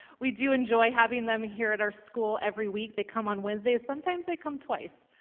we do enjoy having them here at our school every week. they come on wednesdays sometimes they come twice,